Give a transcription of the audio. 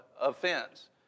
offense